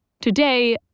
Today